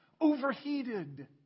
Overheated